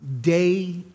day